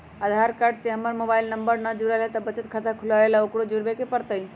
आधार card से हमर mobile number न जुरल है त बचत खाता खुलवा ला उकरो जुड़बे के पड़तई?